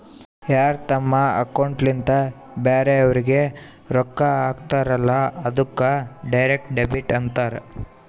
ಯಾರ್ ತಮ್ ಅಕೌಂಟ್ಲಿಂತ್ ಬ್ಯಾರೆವ್ರಿಗ್ ರೊಕ್ಕಾ ಹಾಕ್ತಾರಲ್ಲ ಅದ್ದುಕ್ ಡೈರೆಕ್ಟ್ ಡೆಬಿಟ್ ಅಂತಾರ್